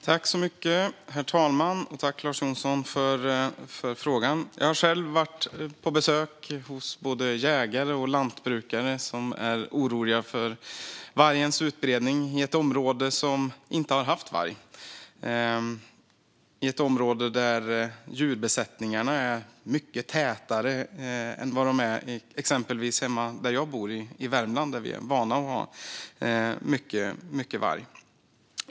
Herr talman! Tack, Lars Johnsson, för frågan! Jag har själv varit på besök hos både jägare och lantbrukare som är oroliga för vargens utbredning i ett område som inte har haft varg, i ett område där djurbesättningarna är mycket tätare än vad de exempelvis är där jag bor, i Värmland, där vi är vana vid att ha mycket varg.